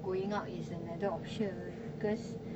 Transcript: going out is another option cause